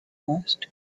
asked